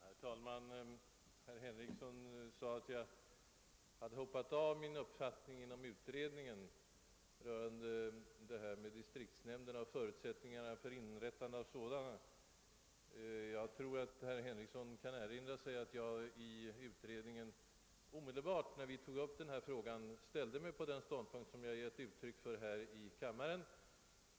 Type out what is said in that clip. Herr talman! Herr Henrikson sade att jag hoppat av från min inom utredningen uttalade uppfattning rörande förutsättningarna för inrättande av distriktsnämnder. Jag tror att herr Henrikson säkert kan erinra sig att jag i utredningen, omedelbart när vi tog upp denna fråga, ställde mig på den ståndpunkt som jag givit uttryck för här i kammaren.